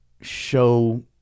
show